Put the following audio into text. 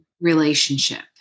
relationship